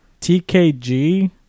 TKG